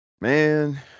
Man